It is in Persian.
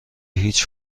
هیچ